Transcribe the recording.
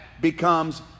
becomes